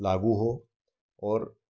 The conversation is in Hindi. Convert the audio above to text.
लागू हो और